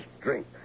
drink